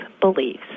beliefs